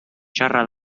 txarra